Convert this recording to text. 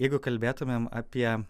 jeigu kalbėtumėm apie